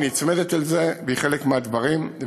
היא נצמדת לזה והיא חלק מהדברים.